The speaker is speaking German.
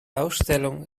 ausstellung